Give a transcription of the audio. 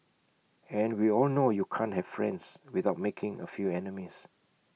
and we all know you can't have friends without making A few enemies